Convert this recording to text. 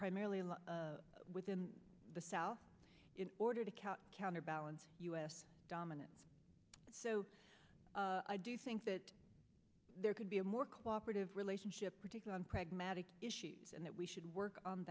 primarily and within the south in order to counter counterbalance u s dominance so i do think that there could be a more cooperative relationship particular on pragmatic issues and that we should work on